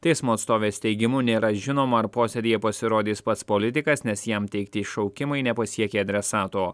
teismo atstovės teigimu nėra žinoma ar posėdyje pasirodys pats politikas nes jam teikti šaukimai nepasiekė adresato